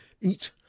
eat